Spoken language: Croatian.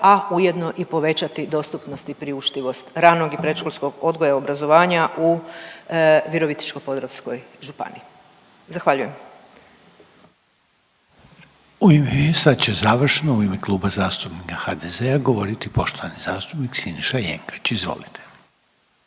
a ujedno i povećati dostupnost i priuštivost ranog i predškolskog odgoja i obrazovanja u Virovitičko-podravskoj županiji. Zahvaljujem. **Reiner, Željko (HDZ)** U ime, sad će završno u ime Kluba zastupnika HDZ-a govoriti poštovani zastupnik Siniša Jenkač. Izvolite.